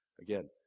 Again